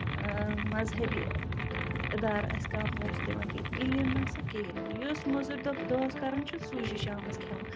مَزۂبی اِدارٕ اَسہِ کانہہ پونسہٕ دِوان کیٚنہہ کِہیٖنۍ نسا کِہیٖنۍ نہٕ یُس مٔزوٗرۍ دۄہ دۄہَس کران چھُ سُے چھِ شامَس کٮ۪ھوان